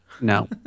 no